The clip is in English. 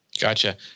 Gotcha